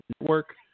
Network